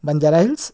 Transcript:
Banjara hills